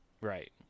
Right